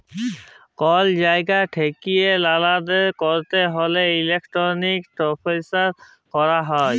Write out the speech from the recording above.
call জায়গা ঠেকিয়ে লালদেল ক্যরতে হ্যলে ইলেক্ট্রনিক ট্রান্সফার ক্যরাক হ্যয়